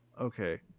Okay